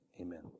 amen